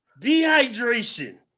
Dehydration